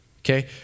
okay